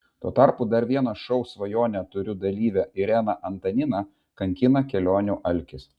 tuo tarpu dar vieną šou svajonę turiu dalyvę ireną antaniną kankina kelionių alkis